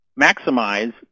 maximize